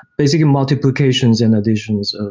basically, multiplications and additions,